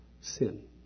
Sin